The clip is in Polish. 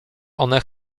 one